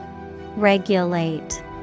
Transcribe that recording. Regulate